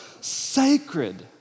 sacred